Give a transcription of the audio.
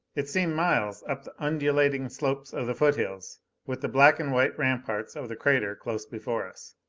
it seemed miles up the undulating slopes of the foothills with the black and white ramparts of the crater close before us.